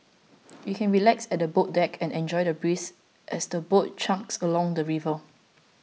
you can relax at the boat deck and enjoy the breeze as the boat chugs along the river